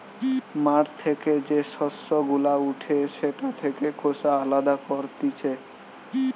মাঠ থেকে যে শস্য গুলা উঠে সেটা থেকে খোসা আলদা করতিছে